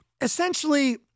essentially